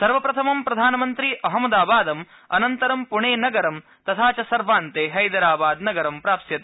सर्वप्रथमं प्रधानमन्त्री अहमदाबादम् अनन्तर पणेनगर तथा च सर्वान्ते हैदराबादनगर प्राप्स्यति